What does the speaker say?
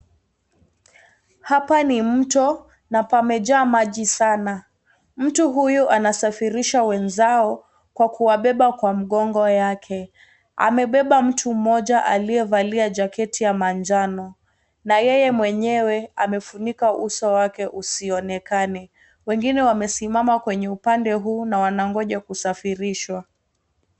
Hapa ni mto na pamejaa maji sana. Mtu huyu anasafirisha wenzao kwa kuwabeba kwa mgongo wake. Amebeba mtu mmoja aliyevalia jaketi ya manjano na yeye mwenyewe amefunika uso wake usionekane. Wengine wamesimama kwenye upande huu na wanangoja kusafirishwa.